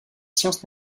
sciences